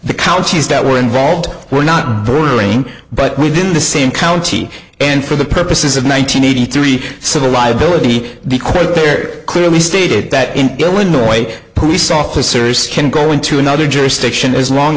the counties that were involved were not ruling but within the same county and for the purposes of nine hundred eighty three civil liability the quote very clearly stated that in illinois police officers can go into another jurisdiction as long